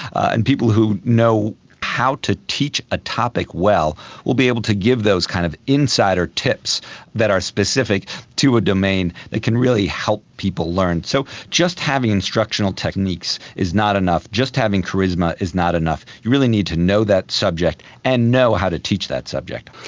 and people who know how to teach a topic well will be able to give those kind of insider tips that are specific to a domain that can really help people learn. so just having instructional techniques is not enough, just having charisma is not enough, you really need to know that subject and know how to teach that subject.